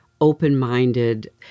open-minded